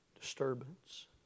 disturbance